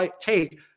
take